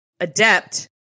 adept